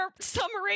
summary